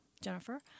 Jennifer